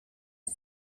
its